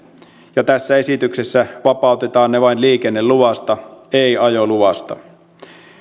tässä esityksessä vapautetaan ne vain liikenneluvasta ei ajoluvasta